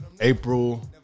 April